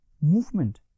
movement